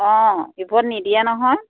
অঁ ইবোৰত নিদিয়ে নহয়